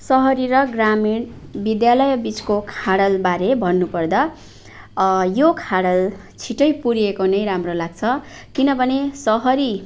सहरी र ग्रामीण विद्यालयबिचको खाडलबारे भन्नुपर्दा यो खाडल छिट्टै पुरिएको नै राम्रो लाग्छ किनभने सहरी